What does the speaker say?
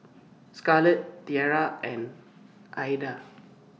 Scarlet Tiera and Aida